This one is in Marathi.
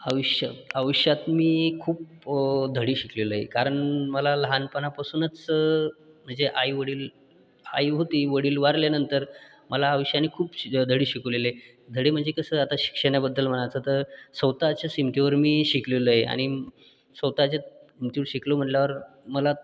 आयुष्य आयुष्यात मी खूप धडे शिकलेलो आहे कारण मला लहानपणापासूनच म्हणजे आईवडील आई होती वडील वारल्यानंतर मला आयुष्याने खूप धडे शिकवलेले आहे धडे म्हणजे कसं आता शिक्षणाबद्दल म्हणायचं तर स्वतःच्याच हिमतीवर मी शिकलेलो आहे आणि स्वतःच्याच हिमतीवर शिकलो म्हणल्यावर मला